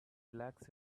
relax